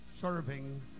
serving